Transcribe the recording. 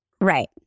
Right